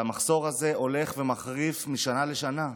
והמחסור הזה הולך ומחריף משנה לשנה.